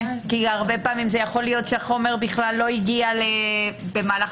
הרבה פעמים החומר לא הגיע בכלל במהלך